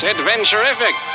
Adventurific